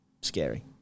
scary